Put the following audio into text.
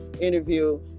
interview